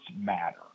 matter